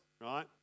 right